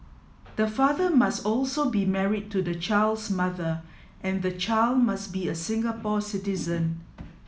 the father must also be married to the child's mother and the child must be a Singapore citizen